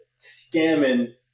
scamming